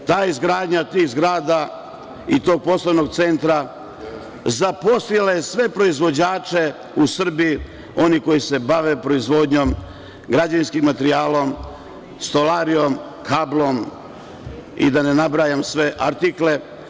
Izgradnja tih zgrada i tog poslovnog centra zaposlila je sve proizvođače u Srbiji, one koji se bave proizvodnjom građevinskog materijala, stolarijom, kablom, da ne nabrajam sve artikle.